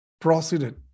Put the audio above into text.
proceeded